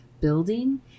building